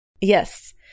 Yes